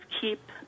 keep